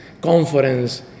conference